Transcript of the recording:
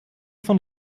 von